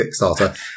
Kickstarter